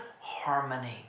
harmony